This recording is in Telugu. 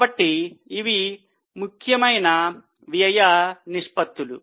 కాబట్టి ఇవి ముఖ్యమైన వ్యయ నిష్పత్తులు